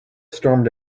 stormed